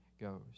goes